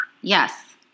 yes